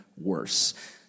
worse